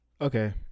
okay